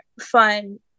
fun